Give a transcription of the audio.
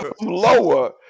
Lower